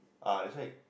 ah that's why